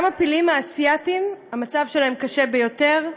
גם הפילים האסייתיים, המצב שלהם קשה ביותר.